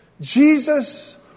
Jesus